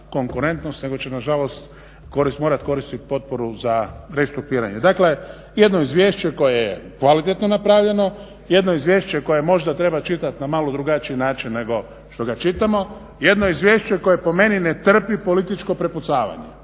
nego će nažalost morati koristiti potporu za restrukturiranje. Dakle jedno izvješće koje je kvalitetno napravljeno, jedno izvješće koje možda treba čitati na malo drugačiji način nego što ga čitamo. Jedno izvješće koje po meni ne trpi političko prepucavanje